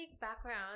background